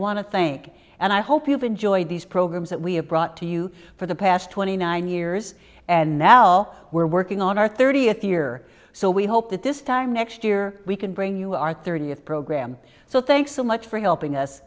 want to think and i hope you've enjoyed these programs that we have brought to you for the past twenty nine years and now we're working on our thirtieth year so we hope that this time next year we can bring you our thirtieth program so thanks so much for helping us